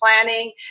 planning